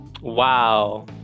Wow